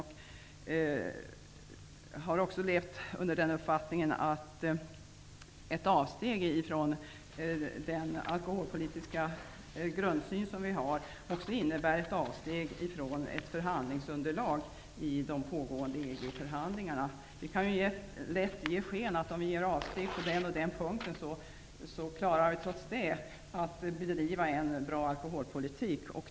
Jag har också haft uppfattningen att ett avsteg från den alkoholpolitiska grundsynen måste innebära ett avsteg från förhandlingsunderlaget i de pågående EG-förhandlingarna. Det är lätt att ge sken av att vi trots avsteg från den och den punkten klarar att bedriva en bra alkoholpolitik.